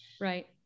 Right